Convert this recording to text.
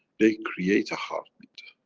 they create a heartbeat.